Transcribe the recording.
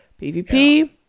PVP